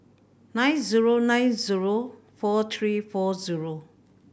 nine zero nine zero four three four zero